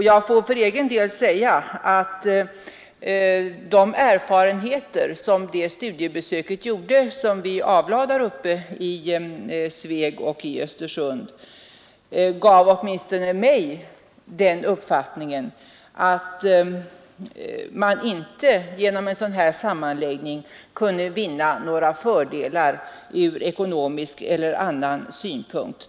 Jag får för egen del säga att studiebesöket i Sveg och Östersund gav åtminstone mig den uppfattningen att man inte genom en sådan här sammanläggning kunde vinna några fördelar ur ekonomisk eller annan synpunkt.